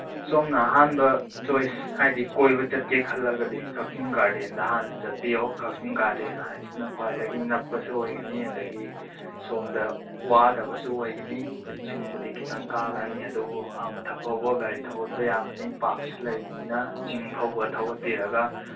ꯁꯣꯝꯅ ꯑꯍꯥꯟꯕ ꯆꯣꯏꯁ ꯍꯥꯏꯗꯤ ꯀꯣꯏꯕ ꯆꯠꯀꯦ ꯈꯜꯂꯒꯗꯤ ꯀꯛꯆꯤꯡ ꯒꯥꯔꯗꯦꯟꯗ ꯍꯥꯟꯅ ꯆꯠꯄꯤꯌꯣ ꯀꯛꯆꯤꯡ ꯒꯥꯔꯗꯦꯟ ꯍꯥꯏꯁꯤꯅ ꯈ꯭ꯋꯥꯏꯗꯒꯤ ꯅꯛꯄꯁꯨ ꯑꯣꯏꯒꯅꯤ ꯑꯗꯒꯤ ꯁꯣꯝꯗ ꯋꯥꯗꯕꯁꯨ ꯑꯣꯏꯒꯅꯤ ꯍꯣꯏ ꯆꯤꯡꯕꯨꯗꯤ ꯈꯤꯇꯪ ꯀꯥꯒꯅꯤ ꯑꯗꯨꯕꯨ ꯑꯥ ꯃꯊꯛ ꯐꯥꯎꯕ ꯒꯥꯔꯤ ꯊꯧꯒꯠꯄ ꯌꯥꯕꯅꯤ ꯄꯥꯛꯁꯨ ꯂꯩꯕꯅꯤꯅ ꯆꯤꯡ ꯐꯥꯎꯕ ꯊꯧꯒꯠꯄꯤꯔꯒ